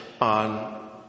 on